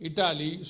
Italy